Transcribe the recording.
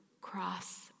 cross